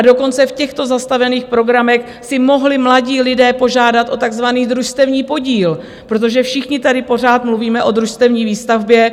Dokonce v těchto zastavených programech si mohli mladí lidé požádat o takzvaný družstevní podíl, protože všichni tady pořád mluvíme o družstevní výstavbě.